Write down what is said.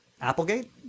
Applegate